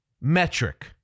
metric